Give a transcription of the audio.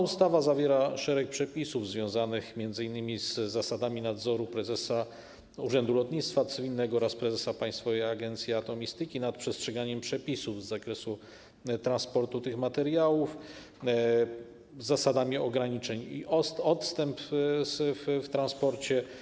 Ustawa zawiera szereg przepisów związanych m.in. z zasadami sprawowania przez prezesa Urzędu Lotnictwa Cywilnego oraz prezesa Państwowej Agencji Atomistyki nadzoru nad przestrzeganiem przepisów z zakresu transportu tych materiałów i zasadami ograniczeń i odstępstw w transporcie.